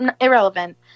irrelevant